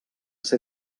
ser